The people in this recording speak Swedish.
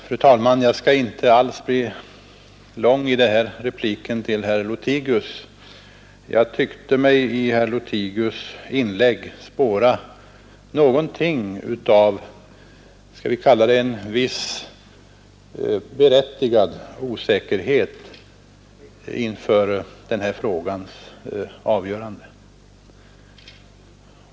Fru talman! Den här repliken till herr Lothigius skall inte alls bli lång. Jag tyckte mig i hans inlägg spåra någonting av, skall vi kalla det en viss osäkerhet inför den här frågans avgörande.